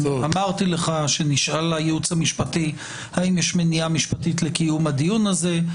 אמרתי לך שנשאל הייעוץ המשפטי האם יש מניעה משפטית לקיום הדיון הזה.